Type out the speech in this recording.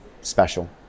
special